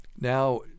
Now